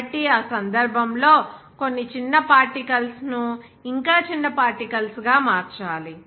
కాబట్టి ఆ సందర్భంలో కొన్ని చిన్న పార్టికల్స్ ను ఇంకా చిన్న పార్టికల్స్ గా మార్చాలి